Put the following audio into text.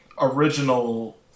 original